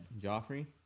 Joffrey